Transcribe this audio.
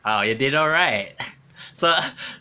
ah you didn't know right so